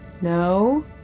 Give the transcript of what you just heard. No